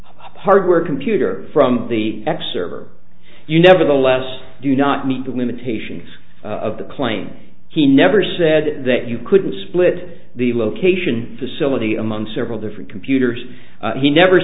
hardware computer from the x server you nevertheless do not meet the limitations of the claimed he never said that you couldn't split the location facility among several different computers he never